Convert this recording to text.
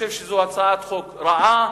זו הצעת חוק רעה